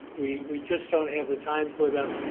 we, we just don't have the time for them.